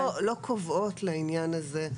התקנות לא קובעות לעניין הזה,